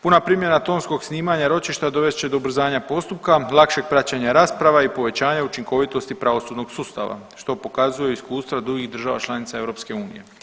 Puna primjena tonskog snimanja ročišta dovest će do ubrzanja postupka, lakšeg praćenja rasprava i povećanja učinkovitosti pravosudnog sustava što pokazuju iskustva drugih država članica EU.